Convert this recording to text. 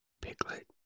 Piglet